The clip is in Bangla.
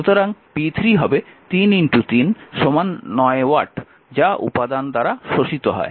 সুতরাং p3 হবে 3 3 9 ওয়াট যা উপাদান দ্বারা শোষিত হয়